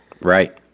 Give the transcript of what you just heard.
Right